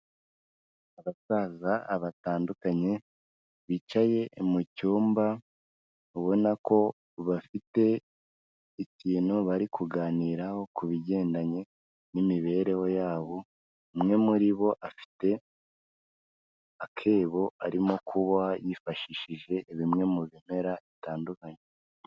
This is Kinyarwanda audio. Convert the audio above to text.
Abasaza batandukanye bicaye mu cyumba ubona ko bafite ikintu bari kuganiraho ku bigendanye n'imibereho yabo, umwe muri bo afite akebo arimo kuba yifashishije bimwe mu bimera bitandukanye.